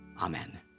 Amen